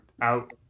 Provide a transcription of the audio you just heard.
out